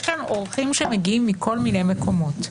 יש פה אורחים שמגיעים מכל מיני מקומות.